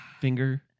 Finger